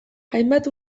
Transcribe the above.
hainbat